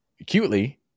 acutely